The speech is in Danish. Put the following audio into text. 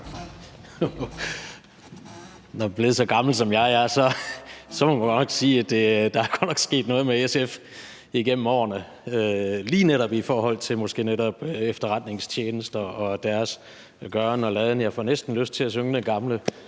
Når man er blevet så gammel, som jeg er, må man sige, at der godt nok er sket noget med SF igennem årene og måske lige netop i forhold til efterretningstjenester og deres gøren og laden. Jeg får næsten lyst til at synge den gamle